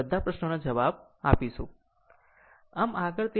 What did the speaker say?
બધા પ્રશ્નોના જવાબ આપીશું